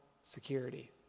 security